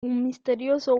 misterioso